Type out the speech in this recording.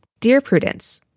dear prudence.